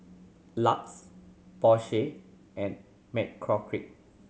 LUX Porsche and McCormick